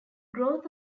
growth